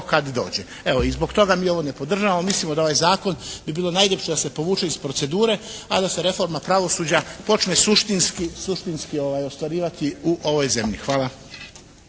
kad dođe. Evo, i zbog toga mi ovo ne podržavamo. Mislimo da ovaj zakon bi bilo najljepše da se povuče iz procedure, a da se reforma pravosuđa počne suštinski ostvarivati u ovoj zemlji. Hvala.